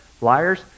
Liars